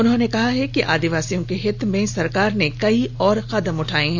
उन्होंने कहा कि आदिवासियों के हित में सरकार ने कई और कदम उठाए हैं